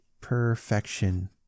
perfection